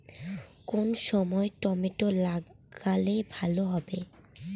কোন সময় টমেটো লাগালে ভালো হবে?